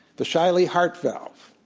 the shiley heart valve,